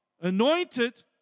anointed